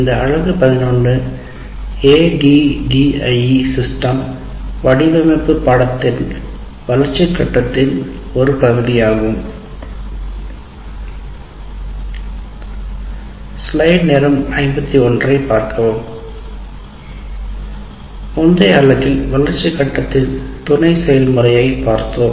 இந்த பகுதி 11 ADDIE வடிவமைப்பின் பாடத்தின் வளர்ச்சி கட்டத்தின் ஒரு பகுதியாகும் முந்தைய பிரிவில் வளர்ச்சி கட்டத்தின் துணை செயல்முறையைப் பார்த்தோம்